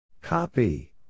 Copy